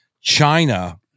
China